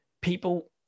people